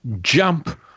jump